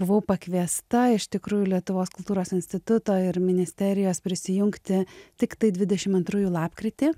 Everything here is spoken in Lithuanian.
buvau pakviesta iš tikrųjų lietuvos kultūros instituto ir ministerijos prisijungti tiktai dvidešim antrųjų lapkritį